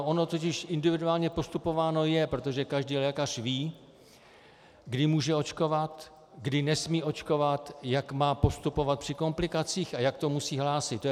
Ono totiž individuálně postupováno je, protože každý lékař ví, kdy může očkovat, kdy nesmí očkovat, jak má postupovat při komplikacích a jak to musí hlásit.